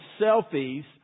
selfies